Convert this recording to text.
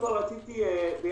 אני